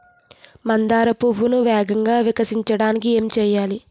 మందార పువ్వును వేగంగా వికసించడానికి ఏం చేయాలి?